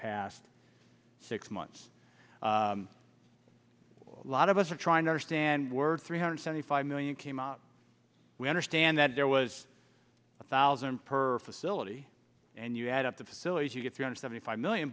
past six months a lot of us are trying to understand word three hundred seventy five million we understand that there was a thousand per facility and you add up the facilities you get three hundred seventy five million